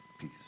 peace